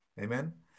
Amen